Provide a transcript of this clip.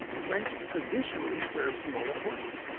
french traditionally serve smaller portions.